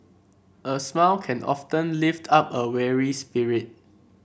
a smile can often lift up a weary spirit